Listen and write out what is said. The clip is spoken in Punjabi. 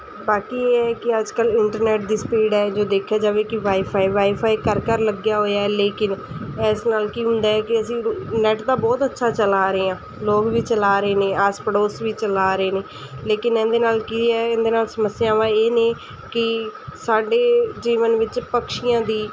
ਬਾਕੀ ਇਹ ਹੈ ਕਿ ਅੱਜ ਕੱਲ੍ਹ ਇੰਟਰਨੈਟ ਦੀ ਸਪੀਡ ਹੈ ਜੋ ਦੇਖਿਆ ਜਾਵੇ ਕਿ ਵਾਈਫਾਈ ਵਾਈਫਾਈ ਘਰ ਘਰ ਲੱਗਿਆ ਹੋਇਆ ਹੈ ਲੇਕਿਨ ਇਸ ਨਾਲ ਕੀ ਹੁੰਦਾ ਹੈ ਕਿ ਅਸੀਂ ਬ ਨੈੱਟ ਤਾਂ ਬਹੁਤ ਅੱਛਾ ਚਲਾ ਰਹੇ ਹਾਂ ਲੋਕ ਵੀ ਚਲਾ ਰਹੇ ਨੇ ਆਸ ਪੜੋਸ ਵੀ ਚਲਾ ਰਹੇ ਨੇ ਲੇਕਿਨ ਇਹਦੇ ਨਾਲ ਕੀ ਹੈ ਇਹਦੇ ਨਾਲ ਸਮੱਸਿਆਵਾਂ ਇਹ ਨੇ ਕਿ ਸਾਡੇ ਜੀਵਨ ਵਿੱਚ ਪਕਸ਼ੀਆਂ ਦੀ